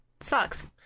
Sucks